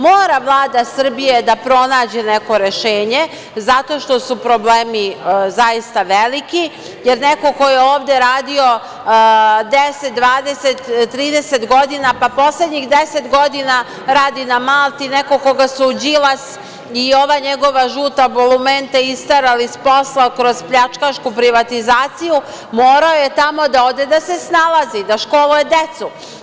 Mora Vlada Srbije da pronađe neko rešenje zato što su problemi zaista veliki, jer neko ko je ovde radio 10, 20, 30 godina pa poslednjih 10 godina radi na Malti, neko koga su Đilas i ova njegova žuta bulumenta isterali s posla kroz pljačkašku privatizaciju, morao je tamo da ode da se snalazi, da školuje decu.